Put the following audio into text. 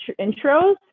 intros